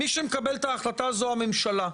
מי שמקבל את ההחלטה זו הממשלה.